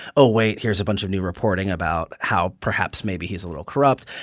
oh, wait here's a bunch of new reporting about how perhaps maybe he's a little corrupt.